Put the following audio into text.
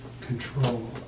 control